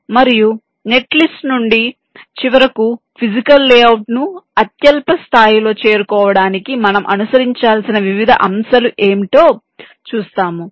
మరియు net list నుండి చివరకు ఫిజికల్ లేఅవుట్ను అత్యల్ప స్థాయిలో చేరుకోవడానికి మనం అనుసరించాల్సిన వివిధ దశలు ఏమిటో చూస్తాము